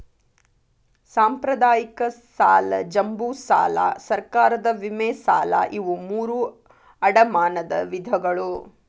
ಸಾಂಪ್ರದಾಯಿಕ ಸಾಲ ಜಂಬೂ ಸಾಲಾ ಸರ್ಕಾರದ ವಿಮೆ ಸಾಲಾ ಇವು ಮೂರೂ ಅಡಮಾನದ ವಿಧಗಳು